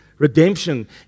Redemption